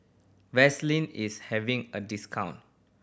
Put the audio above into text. Vaselin is having a discount